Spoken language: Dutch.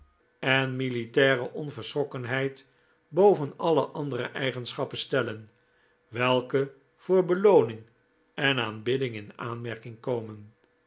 en militaire onverschrokkenheid boven alle andere eigenschappen stellen welke voor belooning en aanbidding in aanmerking komen